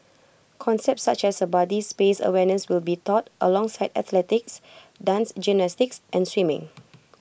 concepts such as A body space awareness will be taught alongside athletics dance gymnastics and swimming